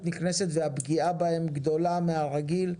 נכנסת והפגיעה בהם גדולה מן הרגיל.